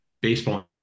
baseball